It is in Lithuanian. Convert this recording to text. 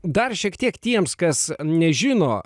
dar šiek tiek tiems kas nežino